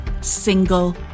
single